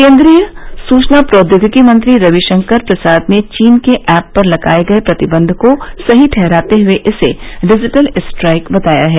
केंद्रीय सूचना प्रौद्योगिकी मंत्री रविशंकर प्रसाद ने चीन के ऐप पर लगाए गए प्रतिबंध को सही ठहराते हुए इसे डिजिटल स्ट्राइक बताया है